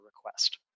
request